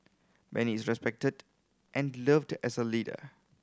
Benny is respected and loved as a leader